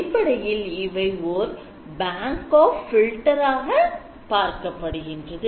அடிப்படையில் இவை ஓர் bank of filter ஆக பார்க்கப்படுகின்றது